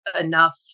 enough